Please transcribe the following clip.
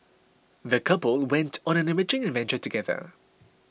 the couple went on an enriching adventure together